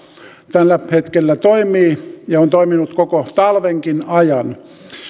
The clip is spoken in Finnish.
tällä hetkellä toimii ja on toiminut koko talvenkin ajan